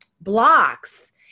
blocks